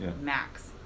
max